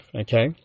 okay